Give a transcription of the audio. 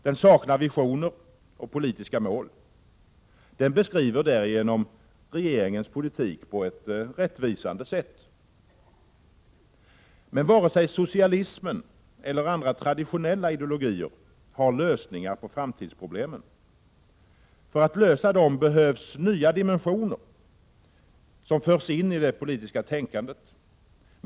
Den saknar visioner och politiska mål. Den beskriver därigenom regeringens politik på ett rättvisande sätt. Men varken socialismen eller andra traditionella ideologier har lösningar på framtidsproblemen. För att lösa dem behöver nya dimensioner föras in i det politiska tänkandet.